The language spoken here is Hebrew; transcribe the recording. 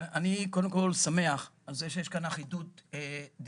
קודם כל, אני שמח על זה שיש כאן אחדות דעים.